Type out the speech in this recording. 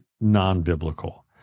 non-biblical